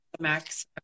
max